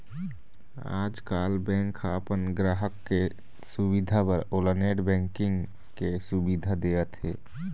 आजकाल बेंक ह अपन गराहक के सुबिधा बर ओला नेट बैंकिंग के सुबिधा देवत हे